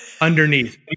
underneath